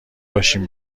باشین